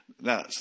Now